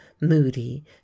moody